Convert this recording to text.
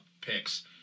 picks